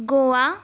Goa